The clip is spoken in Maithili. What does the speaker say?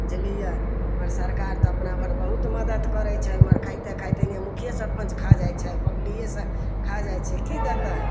बुझलियै मगर सरकार तऽ अपना भरि बहुत मदत करय छै मगर खाइते खाइते इहे मुखिये सरपञ्च खा जाइ छै पब्लिके सब खा जाइ छै कि देतै